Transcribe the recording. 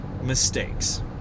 mistakes